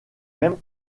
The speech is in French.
mêmes